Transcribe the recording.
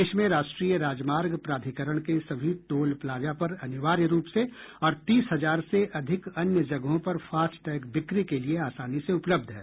देश में राष्ट्रीय राजमार्ग प्राधिकरण के सभी टोल प्लाजा पर अनिवार्य रूप से और तीस हजार से अधिक अन्य जगहों पर फास्टैग बिक्री के लिए आसानी से उपलब्ध हैं